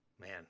Man